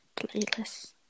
playlist